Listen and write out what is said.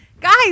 Guys